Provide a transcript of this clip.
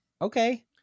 Okay